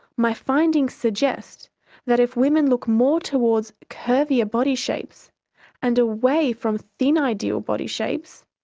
my findings suggest that if women look more towards curvier body shapes and away from thin ideal body shapes,